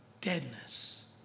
deadness